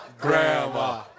grandma